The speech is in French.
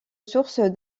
source